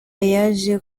yaje